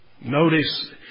Notice